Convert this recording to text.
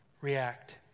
react